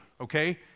Okay